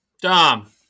Dom